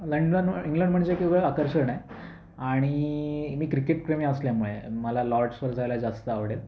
London England म्हणजे एक वेगळं आकर्षण आहे आणि मी क्रिकेटप्रेमी असल्यामुळे मला लॉर्ड्सवर जायला जास्त आवडेल